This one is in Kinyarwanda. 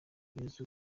bizwi